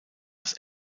das